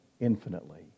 infinitely